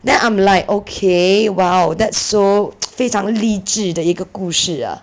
then I'm like okay !wow! that's so 非常励志的一个故事 ah